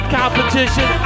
competition